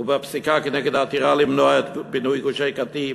ובפסיקה כנגד העתירה למנוע את פינוי גוש-קטיף.